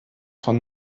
von